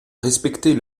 respecter